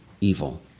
evil